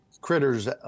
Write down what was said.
critters